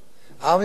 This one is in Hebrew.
העם יושב שם.